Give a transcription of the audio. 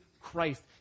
Christ